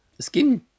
skin